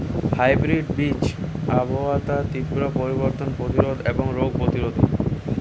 hybrid বীজ আবহাওয়ার তীব্র পরিবর্তন প্রতিরোধী এবং রোগ প্রতিরোধী